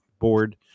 board